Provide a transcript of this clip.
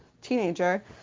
teenager